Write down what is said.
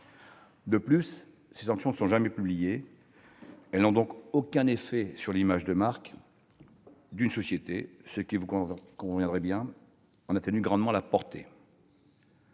De plus, ces sanctions ne sont jamais publiées, elles n'ont donc aucun effet sur l'image de marque d'une société, ce qui- vous en conviendrez -en atténue grandement la portée.